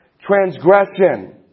Transgression